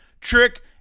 trick